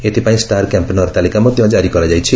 ଏଥିପାଇଁ ଷ୍ଟାର କ୍ୟାମ୍ମେନର ତାଲିକା ମଧ୍ୟ ଜାରି କରାଯାଇଛି